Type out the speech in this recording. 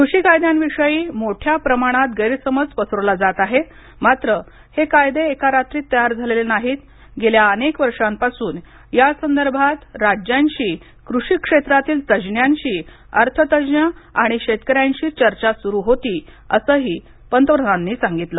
कृषी कायद्यांविषयी मोठ्या प्रमाणात गैरसमज पसरवला जात आहे मात्र हे कायदे एका रात्रीत तयार झालेले नाहीत गेल्या अनेक वर्षांपासून या संदर्भात राज्यांशी कृषी क्षेत्रातील तज्ञांशी अर्थतज्ज्ञ आणि शेतकऱ्यांशी चर्चा सुरू होती असे पंतप्रधानांनी सांगितले